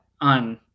on